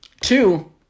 Two